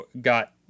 got